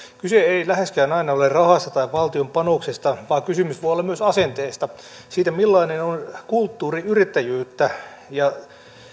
kyse ei läheskään aina ole rahasta tai valtion panoksesta vaan kysymys voi olla myös asenteesta siitä millainen on kulttuuri yrittäjyyttä ja